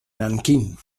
nankín